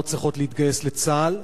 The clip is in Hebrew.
לא צריכות להתגייס לצה"ל.